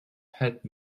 head